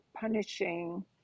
punishing